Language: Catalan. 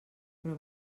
però